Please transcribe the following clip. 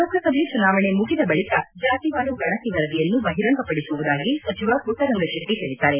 ಲೋಕಸಭೆ ಚುನಾವಣೆ ಮುಗಿದ ಬಳಿಕ ಜಾತಿವಾರು ಗಣತಿ ವರದಿಯನ್ನು ಬಹಿರಂಗ ಪಡಿಸುವುದಾಗಿ ಸಚಿವ ಪುಟ್ಟರಂಗಶೆಟ್ಟ ಹೇಳಿದ್ದಾರೆ